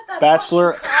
Bachelor